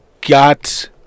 got